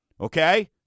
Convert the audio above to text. Okay